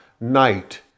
night